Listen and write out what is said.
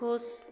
खुश